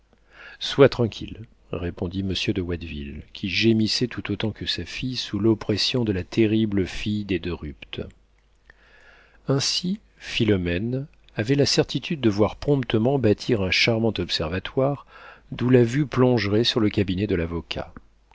sois tranquille répondit monsieur de watteville qui gémissait tout autant que sa fille sous l'oppression de la terrible fille des de rupt ainsi philomène avait la certitude de voir promptement bâtir un charmant observatoire d'où la vue plongerait sur le cabinet de l'avocat